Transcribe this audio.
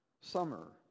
summer